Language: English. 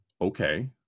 Okay